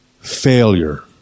Failure